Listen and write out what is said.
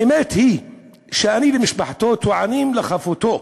האמת היא שאני ומשפחתו טוענים לחפותו,